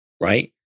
right